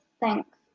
thanks